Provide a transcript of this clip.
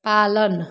पालन